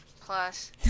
plus